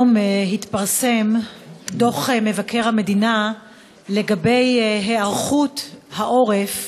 היום התפרסם דוח מבקר המדינה לגבי היערכות העורף